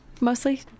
mostly